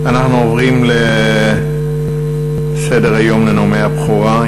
אנחנו עוברים לסדר-היום, לנאומי הבכורה.